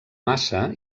massa